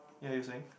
yeah you were saying